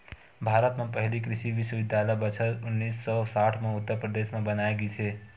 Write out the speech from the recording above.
भारत म पहिली कृषि बिस्वबिद्यालय बछर उन्नीस सौ साठ म उत्तर परदेस म बनाए गिस हे